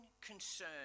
concern